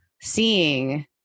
seeing